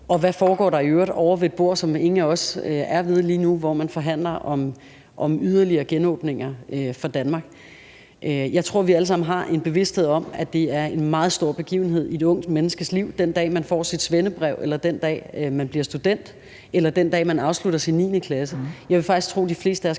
og hvad der i øvrigt foregår ovre ved et bord, som ingen af os er ved lige nu, hvor man forhandler om yderligere genåbninger af Danmark. Jeg tror, at vi allesammen har en bevidsthed om, at den dag, man får sit svendebrev, eller den dag, man bliver student, eller den dag, man afslutter sin 9. klasse, er en meget stor begivenhed i